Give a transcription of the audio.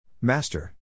Master